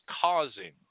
causing